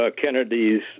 Kennedy's